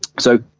so